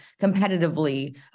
competitively